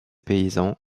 paysans